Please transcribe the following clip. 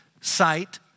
site